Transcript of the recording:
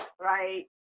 right